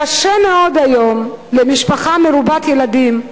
קשה מאוד היום למשפחה מרובת ילדים,